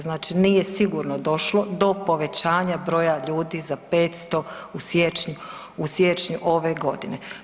Znači nije sigurno došlo do povećanja broja ljudi za 500 u siječnju ove godine.